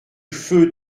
feu